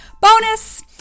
Bonus